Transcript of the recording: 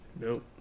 Nope